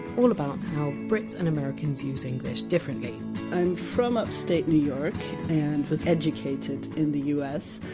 all about how brits and americans use english differently i'm from upstate new york and was educated in the us,